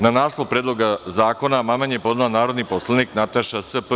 Na naslov Predloga zakona, amandman je podneo narodni poslanik Nataša Sp.